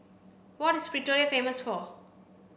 what is Pretoria famous for